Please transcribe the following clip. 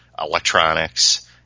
electronics